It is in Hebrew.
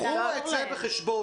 קחו את זה בחשבון.